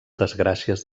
desgràcies